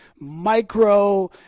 micro